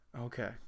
Okay